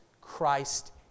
Christ